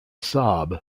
sob